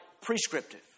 prescriptive